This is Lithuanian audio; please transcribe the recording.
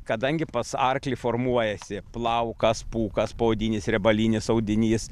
kadangi pas arklį formuojasi plaukas pūkas poodinis riebalinis audinys